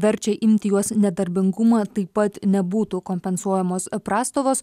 verčia imti juos nedarbingumą taip pat nebūtų kompensuojamos prastovos